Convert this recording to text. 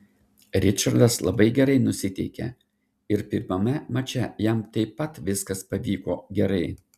ričardas labai gerai nusiteikė ir pirmame mače jam taip pat viskas pavyko gerai